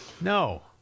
No